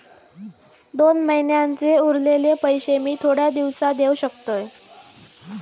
दोन महिन्यांचे उरलेले पैशे मी थोड्या दिवसा देव शकतय?